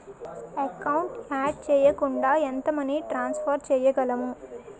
Account add చేయకుండా ఎంత money transfer చేయగలము?